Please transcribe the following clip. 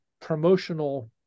promotional